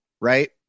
right